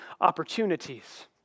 opportunities